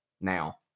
now